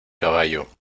caballo